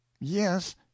yes